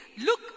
look